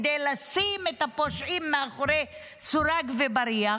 כדי לשים את הפושעים מאחורי סורג ובריח